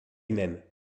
même